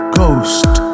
ghost